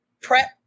prep